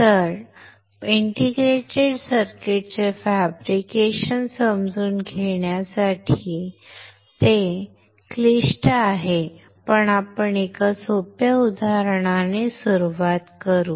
पण इंटिग्रेटेड सर्किटचे फॅब्रिकेशन समजून घेण्यासाठी जे क्लिष्ट आहे आपण एका सोप्या उदाहरणाने सुरुवात करू